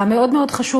המאוד מאוד חשוב,